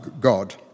God